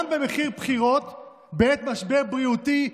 גם במחיר בחירות בעת משבר בריאותי,